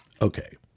okay